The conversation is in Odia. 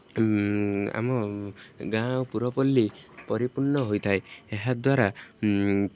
ଆମ ଗାଁ ପୁରପଲ୍ଲୀ ପରିପୂର୍ଣ୍ଣ ହୋଇଥାଏ ଏହାଦ୍ୱାରା